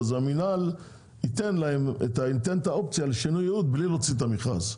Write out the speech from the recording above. אז המינהל ייתן להם את האופציה לשינוי ייעוד בלי להוציא את המכרז,